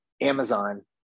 Amazon